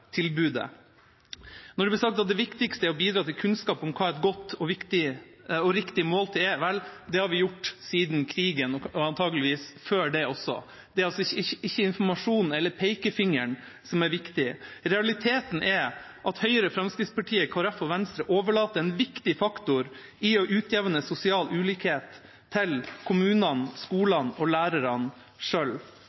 tilbudet. Det blir sagt at det viktigste er å bidra til kunnskap om hva et godt og riktig måltid er. Vel, det har vi gjort siden krigen og antakeligvis før det også. Det er altså ikke informasjonen eller pekefingeren som er viktig. Realiteten er at Høyre, Fremskrittspartiet, Kristelig Folkeparti og Venstre overlater en viktig faktor for å utjevne sosial ulikhet til kommunene,